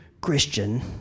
Christian